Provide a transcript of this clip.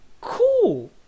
cool